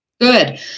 Good